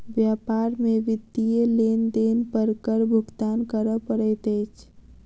व्यापार में वित्तीय लेन देन पर कर भुगतान करअ पड़ैत अछि